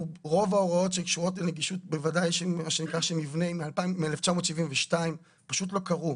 רוב ההוראות שקשורות לנגישות מ-1972 פשוט לא קרו.